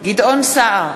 גדעון סער,